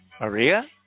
maria